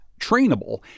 trainable